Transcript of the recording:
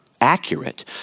accurate